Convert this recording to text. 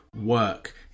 work